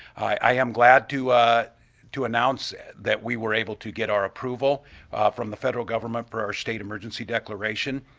i am glad to to announce that we were able to get our approval from the federal government for our state emergency declaration.